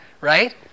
right